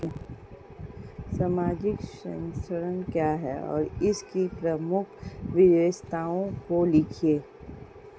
सामाजिक संरक्षण क्या है और इसकी प्रमुख विशेषताओं को लिखिए?